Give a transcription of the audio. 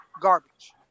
garbage